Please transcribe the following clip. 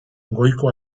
goiko